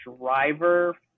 driver